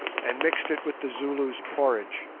and mixed it with the zulu's porridge,